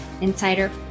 insider